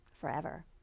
forever